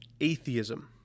atheism